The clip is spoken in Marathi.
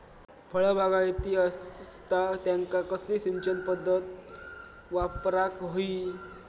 फळबागायती असता त्यांका कसली सिंचन पदधत वापराक होई?